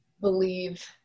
believe